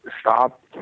Stop